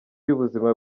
y’ubuzima